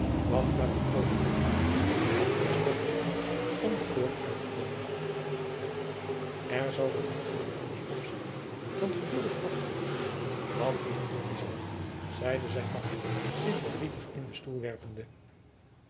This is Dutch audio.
wacht maar een oogenblikje het is toch te laat om de poort uit te komen er zal wel niet veel anders opzitten dan geduldig af te wachten wat hierop volgen zal zeide zijn makker zich verdrietig in den stoel werpende